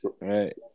right